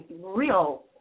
real